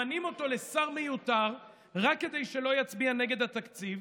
ממנים אותו לשר מיותר רק כדי שלא יצביע נגד התקציב.